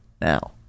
now